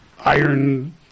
iron